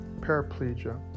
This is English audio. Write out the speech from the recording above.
paraplegia